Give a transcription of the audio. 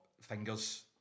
Fingers